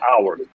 hours